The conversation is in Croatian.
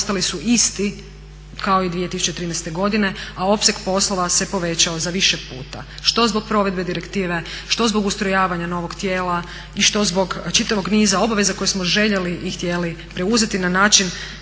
ostali su isti kao i 2013. godine, a opseg poslova se povećao za više puta, što zbog provedbe direktive, što zbog ustrojavanja novog tijela i što zbog čitavog niza obaveza koje smo željeli i htjeli preuzeti na način